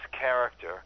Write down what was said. character